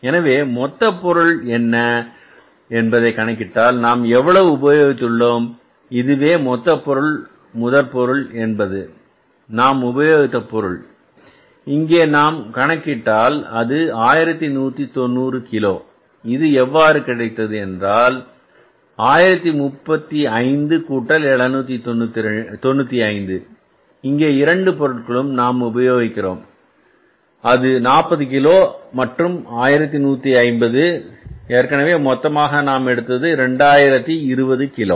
எனவே மொத்த பொருள் என்ன என்பதை கணக்கிட்டால் நாம் எவ்வளவு உபயோகித்து உள்ளோம் இதுவே மொத்த பொருள் முதற்பொருள் என்பது நாம் உபயோகித்த பொருள் இங்கே நாம் கணக்கிட்டால் அது 1190 கிலோ இது எவ்வாறு கிடைத்தது 1035 கூட்டல் 795 இங்கே இரண்டு பொருட்கள் நாம் உபயோகிக்கிறோம் அது 40 கிலோ மற்றும் 1150 எனவே மொத்தமாக நாம் எடுத்தது என்பது 2020 கிலோ